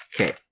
Okay